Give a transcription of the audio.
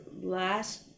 last